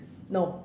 no